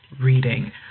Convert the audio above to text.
reading